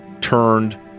turned